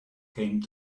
came